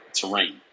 terrain